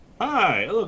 Hi